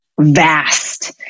vast